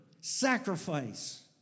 sacrifice